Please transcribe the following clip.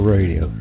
Radio